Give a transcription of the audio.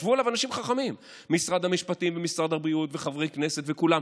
ישבו עליו אנשים חכמים: משרד המשפטים ומשרד הבריאות וחברי כנסת וכולם.